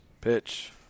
Pitch